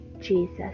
Jesus